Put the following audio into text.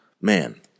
Man